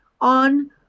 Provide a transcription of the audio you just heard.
on